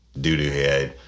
Doodoohead